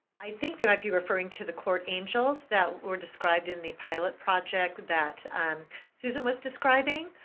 i think they might be referring to the court angels that were described in the pilot project that um susan was describing,